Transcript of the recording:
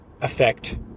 affect